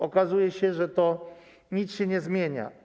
Okazuje się, że to nic się nie zmienia.